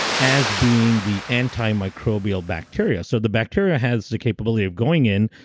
as being the antimicrobial bacteria. so the bacteria has the capability of going in,